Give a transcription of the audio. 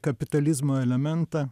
kapitalizmo elementą